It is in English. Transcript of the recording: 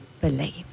believe